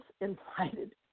invited